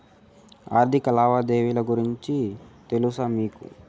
ఆర్థిక లావాదేవీల గురించి తెలుసా మీకు